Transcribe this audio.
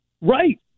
Right